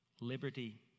liberty